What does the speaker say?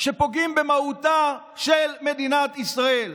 שפוגעים במהותה של מדינת ישראל,